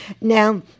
Now